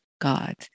God